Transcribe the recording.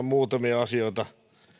muutamia asioita